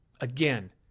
again